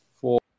four